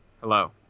Hello